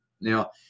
Now